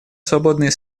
свободные